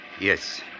Yes